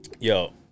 Yo